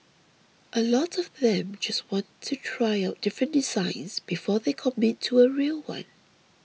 a lot of them just want to try out different designs before they commit to a real one